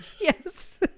Yes